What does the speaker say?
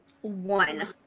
one